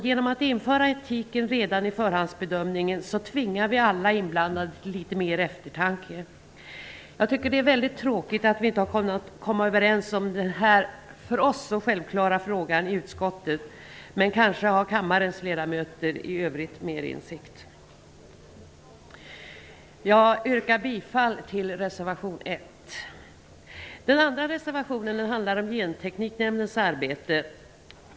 Genom krav på etik redan i förhandsbedömningen tvingar vi alla inblandade till eftertanke. Det är tråkigt att vi inte kunnat komma överens om denna för oss självklara fråga i utskottet, men kanske har kammarens ledamöter i övrigt mer insikt. Jag yrkar bifall till reservation 1. Den andra reservationen handlar om den föreslagna gentekniknämndens arbete.